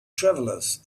travelers